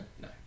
No